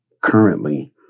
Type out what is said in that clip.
currently